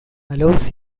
allows